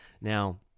now